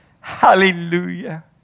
Hallelujah